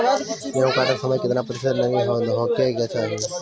गेहूँ काटत समय केतना प्रतिशत नमी होखे के चाहीं?